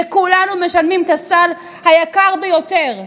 וכולנו משלמים את הסל היקר ביותר,